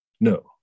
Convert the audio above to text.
No